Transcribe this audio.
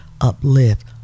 uplift